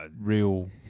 real